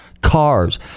cars